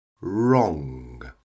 wrong